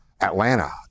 Atlanta